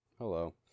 Hello